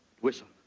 Whistle